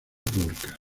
pública